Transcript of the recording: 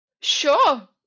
sure